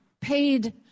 paid